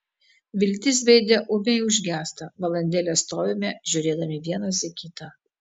viltis veide ūmiai užgęsta valandėlę stovime žiūrėdami vienas į kitą